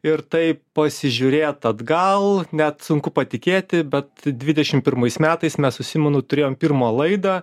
ir taip pasižiūrėt atgal net sunku patikėti bet dvidešimt pirmais metais mes su simonu turėjom pirmą laidą